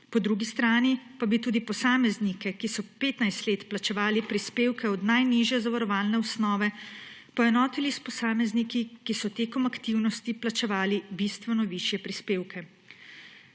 Po drugi strani pa bi tudi posameznike, ki so 15 let plačevali prispevke od najnižje zavarovalne osnove, poenotili s posamezniki, ki so tekom aktivnosti plačevali bistveno višje prispevke.